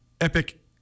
epic